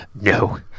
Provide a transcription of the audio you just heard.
No